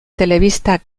telebista